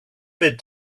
bit